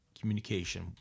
communication